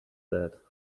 that